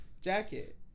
jacket